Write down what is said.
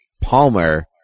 Palmer